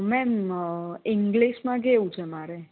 ma'am ઇંગ્લિશમાં કેવું છે મારે